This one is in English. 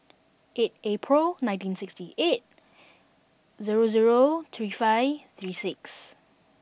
eight April nineteen sixty eight zero zero three five three six